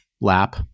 lap